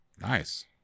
Nice